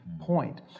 point